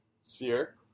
sphere